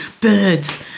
birds